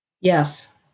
Yes